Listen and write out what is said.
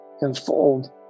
unfold